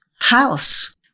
house